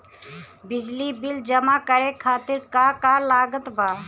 बिजली बिल जमा करे खातिर का का लागत बा?